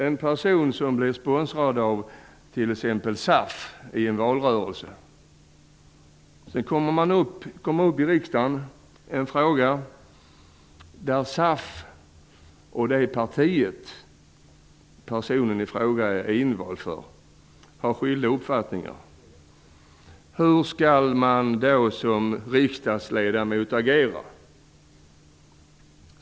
En person blir sponsrad av SAF i en valrörelse. Sedan kommer i riksdagen upp en fråga där SAF och det parti som personen i fråga är invald för har skilda uppfattningar. Hur skall man då som riksdagsledamot agera?